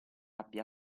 abbia